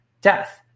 death